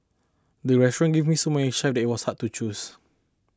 the restaurant gave me so many it was hard to choose